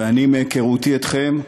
ואני, מהיכרותי אתכם,